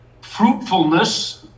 fruitfulness